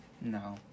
No